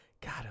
God